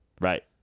Right